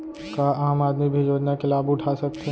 का आम आदमी भी योजना के लाभ उठा सकथे?